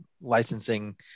licensing